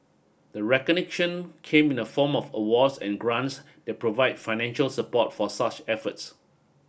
the recognition came in the form of awards and grants that provide financial support for such efforts